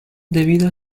debido